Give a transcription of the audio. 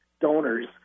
donors